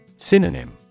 Synonym